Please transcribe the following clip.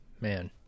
man